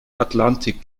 atlantik